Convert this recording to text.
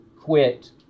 quit